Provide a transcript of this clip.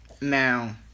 Now